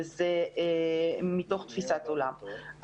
זה מתוך תפיסת עולם.